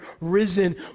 risen